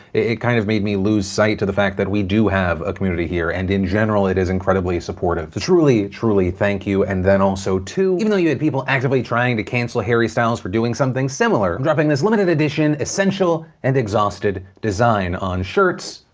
it kind of made me lose sight to the fact that we do have a community here, and in general, it is incredibly supportive. so truly, truly thank you. and then also, two, even though you had people, actively trying to cancel harry styles for doing something similar. i'm dropping this limited edition, essential and exhausted design on shirts,